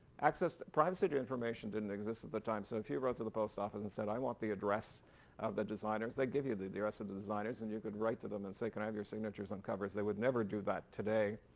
privacy to information didn't exist at the time. so if you you wrote to the post office and said i want the address of the designers they give you the address of the designers and you could write to them and say, can i have your signatures on covers? they would never do that today.